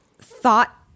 thought